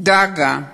דאגה לשוויון,